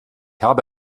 habe